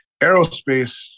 aerospace